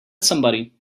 somebody